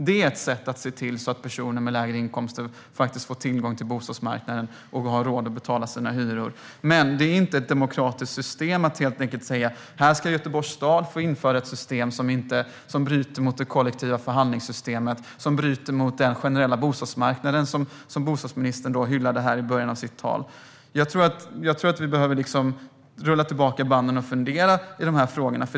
Det är ett sätt att se till att personer med lägre inkomster får tillgång till bostadsmarknaden och har råd att betala sina hyror. Det är inte demokratiskt att Göteborgs stad ska få införa ett system som bryter mot det kollektiva förhandlingssystemet och mot den generella bostadsmarknaden, som bostadsministern hyllade i början av sitt anförande. Jag tror att vi behöver rulla tillbaka bandet och fundera på de här frågorna.